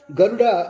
Garuda